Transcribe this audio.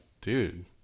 dude